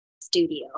Studio